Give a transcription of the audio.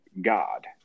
God